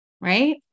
right